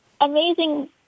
amazing